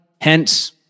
Hence